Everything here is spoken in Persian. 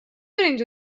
اینجا